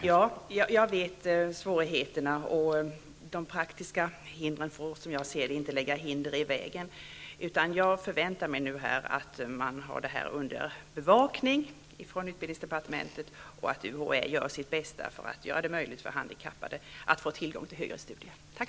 I september 1990 beslöt regeringen på förslag av dåvarande statsrådet Göransson att tillkalla en särskild utredare med uppdrag att se över den konstnärliga utbildningen i högskolan. Avser utbildningsministern att förändra direktiven eller förutsättningarna i övrigt vad gäller översynen av den konstnärliga utbildningen i högskolan?